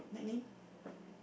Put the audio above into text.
nickname